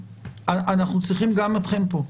אנחנו צריכים גם אתכם כאן.